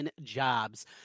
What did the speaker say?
Jobs